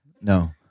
No